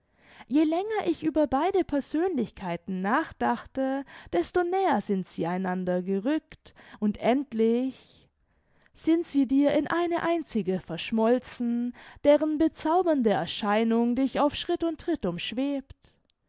je länger ich über beide persönlichkeiten nachdachte desto näher sind sie einander gerückt und endlich sind sie dir in eine einzige verschmolzen deren bezaubernde erscheinung dich auf schritt und tritt umschwebt